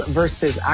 versus